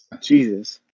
Jesus